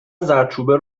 زردچوبه